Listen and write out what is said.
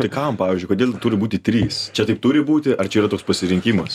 ir kam pavyzdžiui kodėl turi būti trys čia taip turi būti ar čia yra toks pasirinkimas